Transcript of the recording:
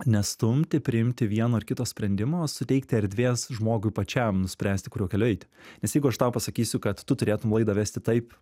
nestumti priimti vieno ar kito sprendimo o suteikti erdvės žmogui pačiam nuspręsti kuriuo keliu eiti nes jeigu aš tau pasakysiu kad tu turėtum laidą vesti taip